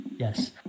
Yes